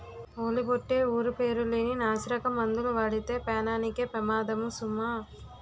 ఓలి బొట్టే ఊరు పేరు లేని నాసిరకం మందులు వాడితే పేనానికే పెమాదము సుమా